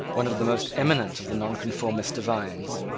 one of the most eminent of the nonconformist divines.